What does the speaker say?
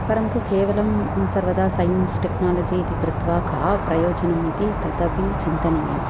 परन्तु केवलं सर्वदा सैन्स् टेक्नोलजि इति कृत्वा किं प्रयोजनम् इति तदपि चिन्तनीयम्